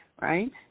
right